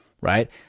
right